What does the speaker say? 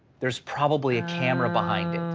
there's probably a camera behind